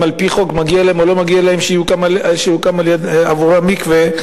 אם על-פי חוק מגיע להם או לא מגיע להם שיוקם עבורם מקווה,